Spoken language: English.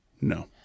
No